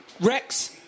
rex